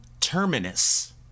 Terminus